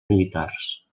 militars